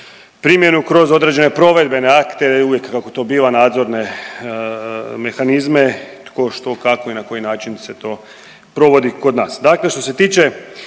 primjenu kroz određene provedbene akte, uvijek kako to biva nadzorne mehanizme, tko, što, kako i na koji način se to provodi kod nas. Dakle što se tiče